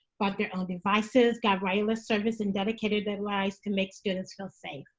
bought their own devices, got wireless service, and dedicated their lives to make students feel safe.